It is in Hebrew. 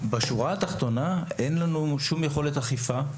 בשורה התחתונה, אין לנו שום יכולת אכיפה.